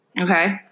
Okay